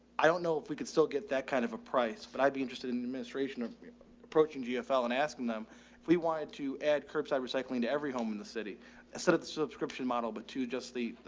i don't know if we could still get that kind of a price, but i'd be interested in administration or approaching gfl and asking them if we wanted to add curbside recycling to every home in the city instead of the subscription model, but to just the,